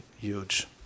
huge